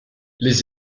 les